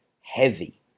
heavy